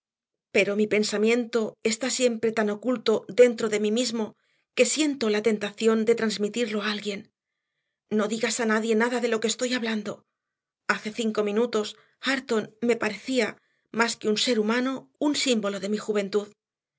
pero mi pensamiento está siempre tan oculto dentro de mí mismo que siento la tentación de transmitirlo a alguien no digas a nadie nada de lo que estoy hablando hace cinco minutos hareton me parecía más que un ser humano un símbolo de mi juventud